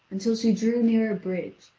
until she drew near a bridge,